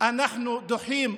אנחנו דוחים.